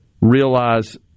realize